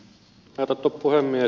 kunnioitettu puhemies